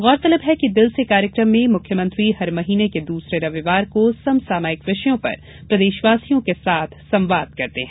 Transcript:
गौरतलब है कि दिल से कार्यक्रम में मुख्यमंत्री हर महीने के दूसरे रविवार को समसमायिक विषयों पर प्रदेशवासियों के साथ संवाद करते हैं